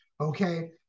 Okay